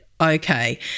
okay